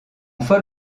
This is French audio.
fol